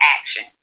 action